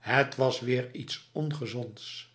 het was weer iets ongezonds